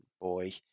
boy